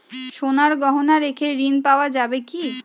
সোনার গহনা রেখে ঋণ পাওয়া যাবে কি?